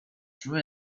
true